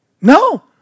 No